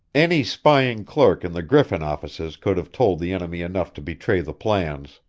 any spying clerk in the griffin offices could have told the enemy enough to betray the plans,